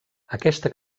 aquesta